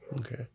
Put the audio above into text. Okay